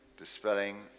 dispelling